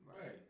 Right